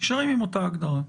נשארים עם אותה הגדרה.